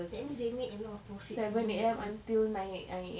that means they make a lot of profit from only breakfast